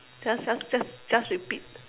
just just just just repeat